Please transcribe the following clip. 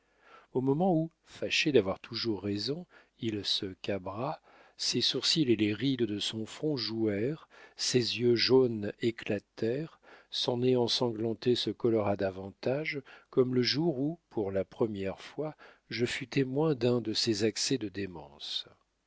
au moment où fâché d'avoir toujours raison il se cabra ses sourcils et les rides de son front jouèrent ses yeux jaunes éclatèrent son nez ensanglanté se colora davantage comme le jour où pour la première fois je fus témoin d'un de ses accès de démence